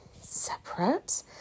separate